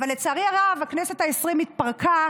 אבל לצערי הרב, הכנסת העשרים התפרקה